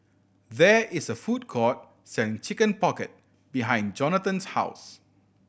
there is a food court selling Chicken Pocket behind Jonatan's house